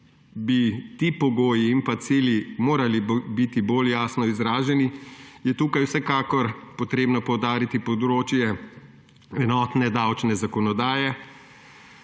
bi ti pogoji in cilji morali biti bolj jasno izraženi, je tukaj vsekakor potrebno poudariti področje enotne davčne zakonodaje.